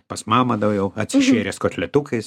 pas mamą jau atsišėręs kotletukais